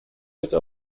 bitte